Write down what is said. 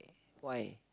why